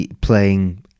playing